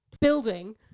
building